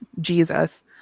Jesus